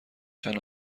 چند